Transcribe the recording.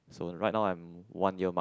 so right now I'm one year mark